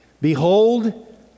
Behold